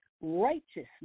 righteousness